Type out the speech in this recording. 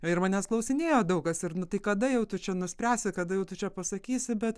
ir manęs klausinėjo daug kas ir nu tai kada jau tu čia nuspręsti kada jau tu čia pasakysi bet